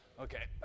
okay